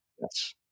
Yes